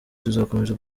tuzakomeza